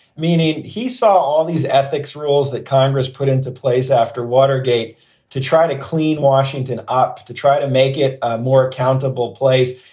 meaning he saw all these ethics rules that congress put into place after watergate to try to clean washington up to try to make it ah more accountable place.